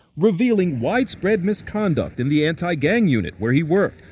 revealing widespread misconduct in the anti-gang unit where he worked.